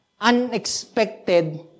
unexpected